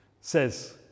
says